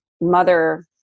mother